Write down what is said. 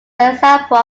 example